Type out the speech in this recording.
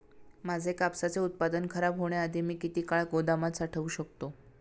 माझे कापसाचे उत्पादन खराब होण्याआधी मी किती काळ गोदामात साठवू शकतो?